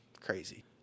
Crazy